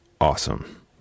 awesome